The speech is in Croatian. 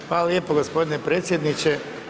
Hvala lijepo gospodine predsjedniče.